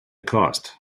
cast